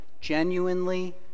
genuinely